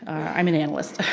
i'm an analyst